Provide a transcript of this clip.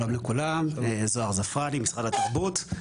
אני ממשרד התרבות.